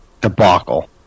debacle